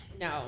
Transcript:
no